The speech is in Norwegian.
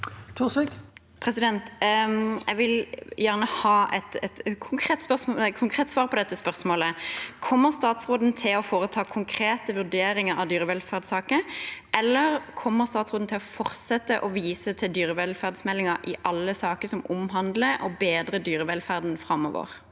Jeg vil gjerne ha et konkret svar på dette spørsmålet: Kommer statsråden til å foreta konkrete vurderinger av dyrevelferdssaker, eller kommer hun framover til å fortsette å vise til dyrevelferdsmeldingen i alle saker som omhandler å bedre dyrevelferden?